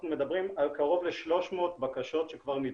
אנחנו מדברים על קרוב ל-300 בקשות שכבר נדחו,